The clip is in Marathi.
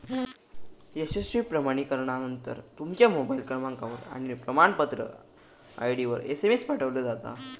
यशस्वी प्रमाणीकरणानंतर, तुमच्या मोबाईल क्रमांकावर आणि प्रमाणपत्र आय.डीवर एसएमएस पाठवलो जाता